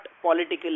political